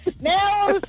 Now